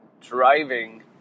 driving